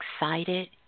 excited